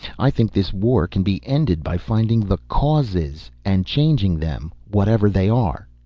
i think this war can be ended by finding the causes and changing them, whatever they are.